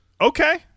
okay